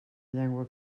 llengua